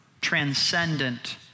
transcendent